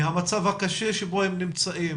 המצב הקשה שבו הם נמצאים,